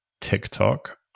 TikTok